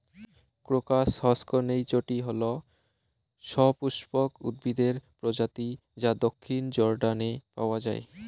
crocus হসকনেইচটি হল সপুষ্পক উদ্ভিদের প্রজাতি যা দক্ষিণ জর্ডানে পাওয়া য়ায়